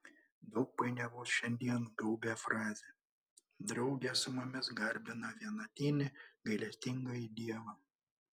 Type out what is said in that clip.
daug painiavos šiandien gaubia frazę drauge su mumis garbina vienatinį gailestingąjį dievą